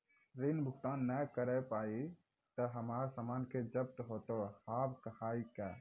ऋण भुगतान ना करऽ पहिए तह हमर समान के जब्ती होता हाव हई का?